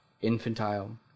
infantile